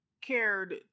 cared